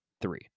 three